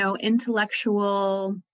intellectual